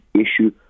issue